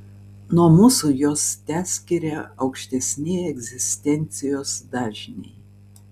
nuo mūsų juos teskiria aukštesni egzistencijos dažniai